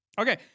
Okay